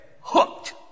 hooked